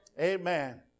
Amen